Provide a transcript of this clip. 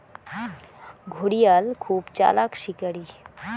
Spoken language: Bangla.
ঘড়িয়াল খুব চালাক শিকারী